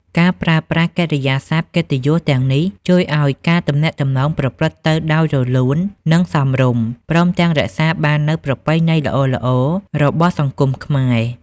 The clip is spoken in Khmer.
ការប្រើប្រាស់កិរិយាសព្ទកិត្តិយសទាំងនេះ ជួយឱ្យការទំនាក់ទំនងប្រព្រឹត្តទៅដោយរលូន និងសមរម្យ ព្រមទាំងរក្សាបាននូវប្រពៃណីល្អៗរបស់សង្គមខ្មែរ។